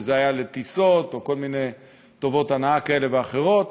שזה היה לטיסות או כל מיני טובות הנאה כאלה ואחרות,